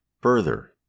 further